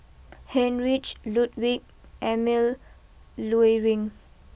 Heinrich Ludwig Emil Luering